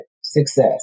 success